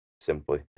simply